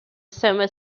summer